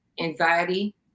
anxiety